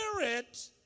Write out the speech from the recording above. spirit